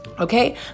Okay